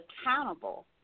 accountable